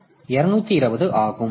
எனவே அது 220 ஆகும்